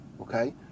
Okay